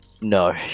No